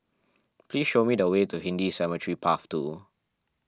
please show me the way to Hindu Cemetery Path two